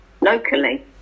locally